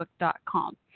Facebook.com